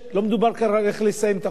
לא מדובר כרגע איך לסיים את החודש,